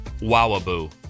wowaboo